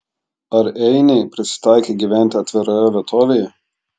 ar einiai prisitaikę gyventi atviroje vietovėje